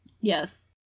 Yes